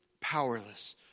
powerless